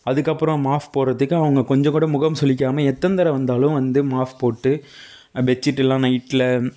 அதுக்கப்புறம் மாஃப் போடுறதுக்கு அவங்க கொஞ்சம் கூட முகம் சுளிக்காமல் எத்தனை தடவை வந்தாலும் வந்து மாஃப் போட்டு பெட்சீட்லாம் நைட்டில்